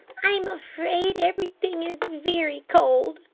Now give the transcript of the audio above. i'm afraid everything is very cold,